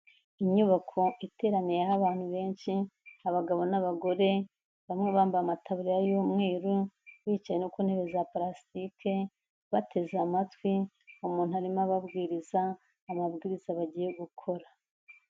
Inyubako iteraniyeho abantu benshi, abagabo n'abagore, bamwe bambaye amataburiya y'umweru, bicaye no ku ntebe za parasitike, bateze amatwi umuntu arimo ababwiriza, amabwiriza bagiye gukora.